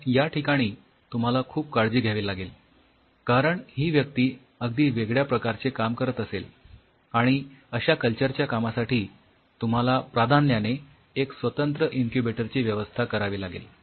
तर या ठिकाणी तुम्हाला खूप काळजी घ्यावी लागेल कारण ही व्यक्ती अगदी वेगळ्या प्रकारचे काम करत असेल आणि अश्या कल्चरच्या कामासाठी तुम्हाला प्राधान्याने एक स्वतंत्र इन्क्युबेटर ची व्यवस्था करावी लागेल